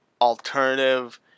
Alternative